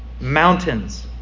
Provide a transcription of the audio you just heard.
Mountains